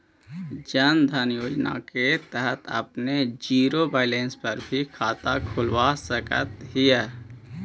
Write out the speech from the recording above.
जन धन योजना के तहत आपने जीरो बैलेंस पर भी खाता खुलवा सकऽ हिअ